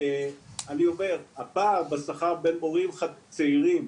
אני אומר, הפער בשכר בין מורים צעירים,